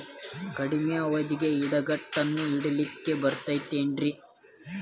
ಕಡಮಿ ಅವಧಿಗೆ ಇಡಿಗಂಟನ್ನು ಇಡಲಿಕ್ಕೆ ಬರತೈತೇನ್ರೇ?